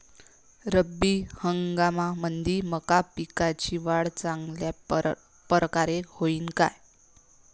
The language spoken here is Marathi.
रब्बी हंगामामंदी मका पिकाची वाढ चांगल्या परकारे होईन का?